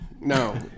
no